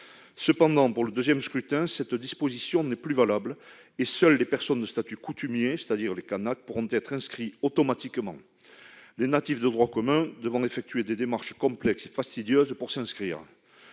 Cependant, pour le deuxième scrutin, cette disposition n'est plus valable et seules les personnes de statut coutumier, c'est-à-dire les Kanaks, pourront être inscrites automatiquement, les natifs de droit commun devant effectuer des démarches complexes et fastidieuses pour s'inscrire.